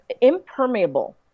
impermeable